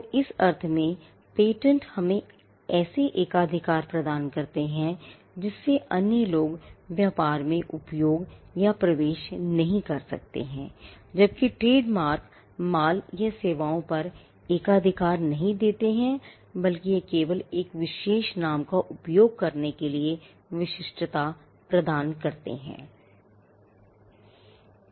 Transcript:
तो इस अर्थ में पेटेंट ऐसे हमें एकाधिकार प्रदान करते हैं जिससे अन्य लोग व्यापार में उपयोग या प्रवेश नहीं कर सकते हैं जबकि ट्रेडमार्क माल या सेवाओं पर एकाधिकार नहीं देते हैं बल्कि यह केवल एक विशेष नाम का उपयोग करने के लिए एक विशिष्टता प्रदान करता है